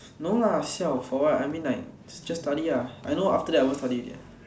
no lah siao for what I mean like just study lah I know after that I won't study already ah